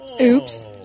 Oops